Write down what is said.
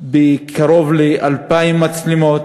קרוב ל-2,000 מצלמות.